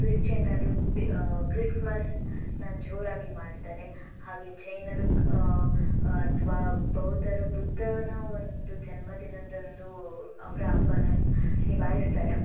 ಕ್ರಿಶ್ಚಿಯನ್ನರು ಕ್ರಿಸ್ಮಸ್ನ ಜೋರಾಗಿ ಮಾಡ್ತಾರೆ ಹಾಗೆ ಜೈನರು ಅಥವಾ ಬೌದ್ಧರು ಬುದ್ಧನ ಒಂದು ಜನ್ಮ ದಿನದಂದು ಅವರವ್ರ ಹಬ್ಬನ ನಿಭಾಯಿಸ್ತಾರೆ